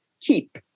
keep